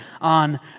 on